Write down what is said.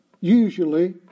usually